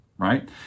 right